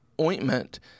ointment